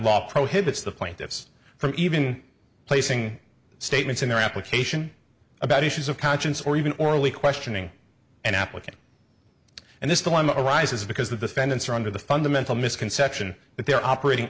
law prohibits the point of this from even placing statements in their application about issues of conscience or even orally questioning an applicant and this dilemma arises because the defendants are under the fundamental misconception that they're operating